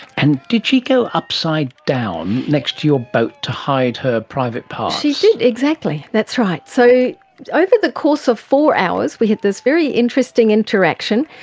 and did she go upside down next to your boat to hide her private parts? she did, exactly, that's right. so over the course of four hours we had this very interesting interaction.